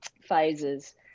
phases